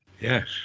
Yes